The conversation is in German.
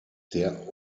der